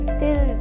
till